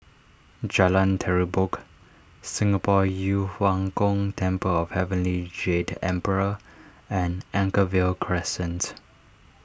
Jalan Terubok Singapore Yu Huang Gong Temple of Heavenly Jade Emperor and Anchorvale Crescent